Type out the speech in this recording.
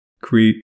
create